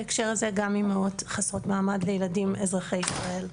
בהקשר הזה גם אימהות חסרות מעמד לילדים אזרחי ישראל,